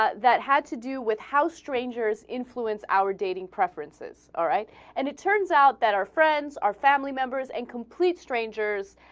ah that had to do with how strangers influenced our dating preferences alright and it turns out that our friends our family members and complete strangers